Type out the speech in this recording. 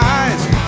eyes